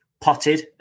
potted